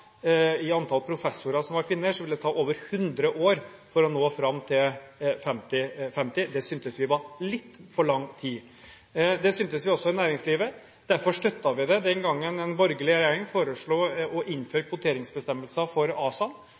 i antall professorer som var kvinner, ville det ta over 100 år å nå fram til 50/50. Det syntes vi var litt for lang tid. Det syntes vi også når det gjaldt næringslivet. Derfor støttet vi det den gangen en borgerlig regjering foreslo å innføre kvoteringsbestemmelser for